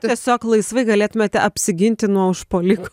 tiesiog laisvai galėtumėte apsiginti nuo užpuolikų